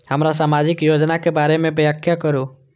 हमरा सामाजिक योजना के बारे में व्याख्या करु?